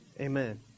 amen